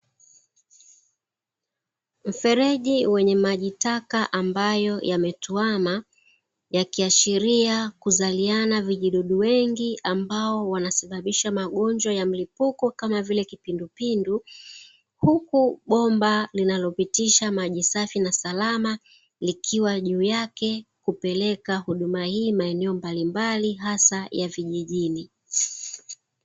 Mfereji wenye maji taka ambayo yametuama yakiashiria kuzaliana vijidudu wengi ambao wanasababisha magonjwa ya mlipuko kama vile kipindupindu, huku bomba linalopitisha maji safi na salama likiwa juu yake kupeleka huduma hii maeneo mbalimbali hasa ya vijijini.